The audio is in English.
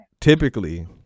typically